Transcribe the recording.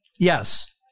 Yes